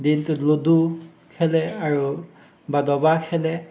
দিনটোত লুডু খেলে আৰু বা দবা খেলে